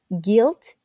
guilt